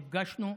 נפגשנו,